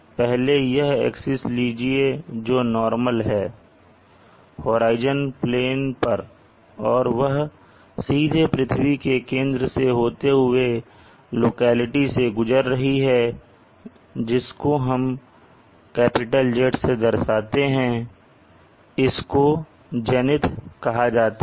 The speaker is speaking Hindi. पहले यह एक्सिस लीजिए जो नॉर्मल है होराइजन प्लेन पर और वह सीधे पृथ्वी के केंद्र से होते हुए लोकेलिटी से गुजर रही है जिसको हम "Z" से दर्शाते हैं इसको जेनिथ कहा जाता है